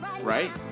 Right